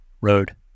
road